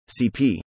CP